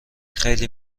خیلی